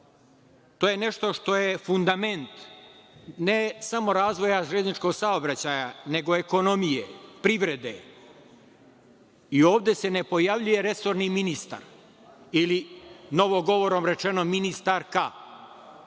je nešto što je fundament, ne samo razvoja železničkog saobraćaja, nego ekonomije, privrede i ovde se ne pojavljuje resorni ministar ili novim govorom rečeno ministarka.